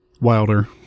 Wilder